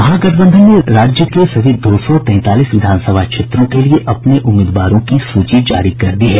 महागठबंधन ने राज्य के सभी दो सौ तैंतालीस विधानसभा क्षेत्रों के लिए अपने उम्मीदवारों की सूची जारी कर दी है